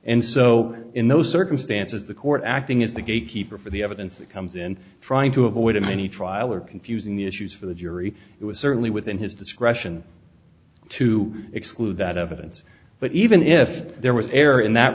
and so in those circumstances the court acting as the gatekeeper for the evidence that comes in trying to avoid a mini trial or confusing the issues for the jury it was certainly within his discretion to exclude that evidence but even if there was error in that